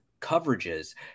coverages